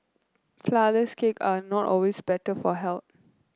flourless cake are not always better for health